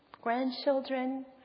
grandchildren